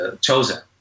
Chosen